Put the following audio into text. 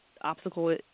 obstacle